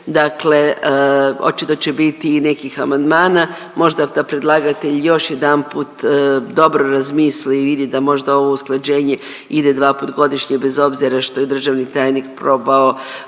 dakle očito će biti i nekih amandmana. Možda da predlagatelj još jedanput dobro razmisli i vidi da možda ovo usklađenje ide dvaput godišnje bez obzira što je državni tajnik probao